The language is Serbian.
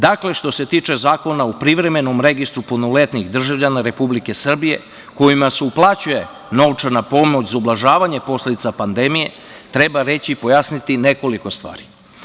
Dakle, što se tiče Zakona o privremenom registru punoletnih državljana Republike Srbije kojima se uplaćuje novčana pomoć za ublažavanje posledica pandemije treba reći i pojasniti nekoliko stvari.